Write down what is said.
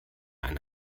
eine